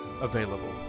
available